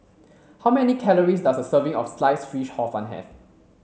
how many calories does a serving of sliced fish hor fun have